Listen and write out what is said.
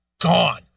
gone